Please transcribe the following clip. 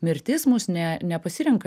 mirtis mus ne nepasirenka